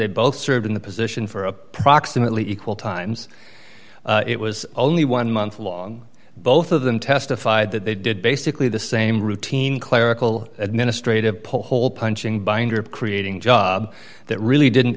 they both served in the position for approximately equal times it was only one month long both of them testified that they did basically the same routine clerical administrative pole punching binder of creating jobs that really didn't